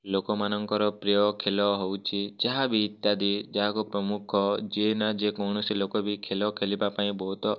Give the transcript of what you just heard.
ଲୋକମାନଙ୍କର ପ୍ରିୟ ଖେଲ ହେଉଛି ଯାହାବି ଇତ୍ୟାଦି ଯାହାକୁ ପ୍ରମୁଖ ଯିଏନା ଯେକୌଣସି ଲୋକ ବି ଖେଲ ଖେଲିବା ପାଇଁ ବହୁତ